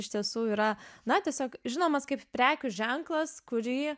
iš tiesų yra na tiesiog žinomas kaip prekių ženklas kurį